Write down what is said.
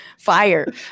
Fire